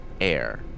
air